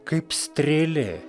kaip strėlė